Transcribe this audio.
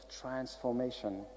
transformation